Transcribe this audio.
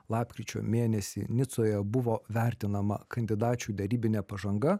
lapkričio mėnesį nicoje buvo vertinama kandidačių derybinė pažanga